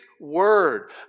word